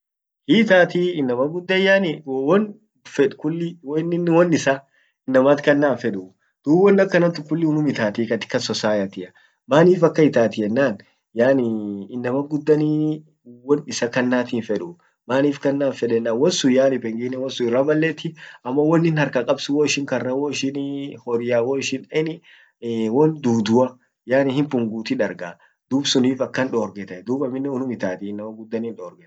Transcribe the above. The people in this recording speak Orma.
hiitatii inamma guddan yaani won fet kulli woinin won issa! Inammat kanna hinfeduu, dub won akannan tun kulli unum itatti katika societia, manif akkan itatti ennan yaanii innaman guddan ee won issa kanna hinfeduu manif kanna hinfeden wonsun yaani pengine wonsun irra balleti ammo wonin harkakab sun woishin karra, woishinii horia ,woishin any ee wonduduah yaani himpungutii dargaa dub sunif akkan dorgetten dub aminen unum itatiii innama guddan hindorgeta.